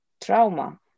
trauma